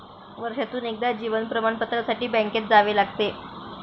वर्षातून एकदा जीवन प्रमाणपत्रासाठी बँकेत जावे लागते